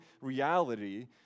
reality